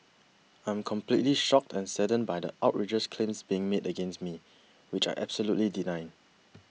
I'm completely shocked and saddened by the outrageous claims being made against me which I absolutely deny